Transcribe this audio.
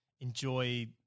enjoy